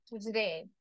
Today